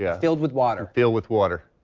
yeah filled with water. filled with water.